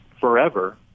forever